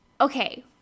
okay